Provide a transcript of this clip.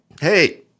hey